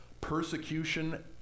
Persecution